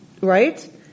Right